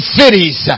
cities